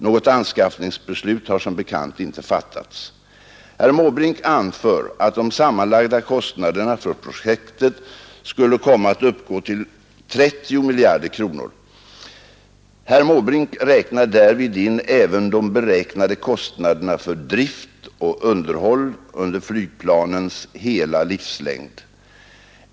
Något anskaffningsbeslut har som bekant inte fattats. Herr Måbrink anför att de sammanlagda kostnaderna för projektet skulle komma att gå upp till 30 miljarder kronor. Herr Måbrink räknar därvid in även de beräknade kostnaderna för drift och underhåll under flygplanens hela livslängd.